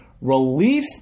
relief